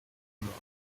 mort